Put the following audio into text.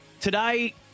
today